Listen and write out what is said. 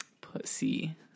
Pussy